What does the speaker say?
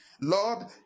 Lord